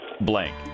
Blank